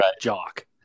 jock